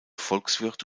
volkswirt